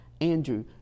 Andrew